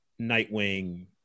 Nightwing